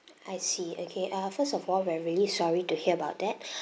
I see okay uh first of all we're really sorry to hear about that